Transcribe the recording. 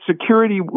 security